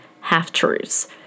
Half-truths